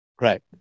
Right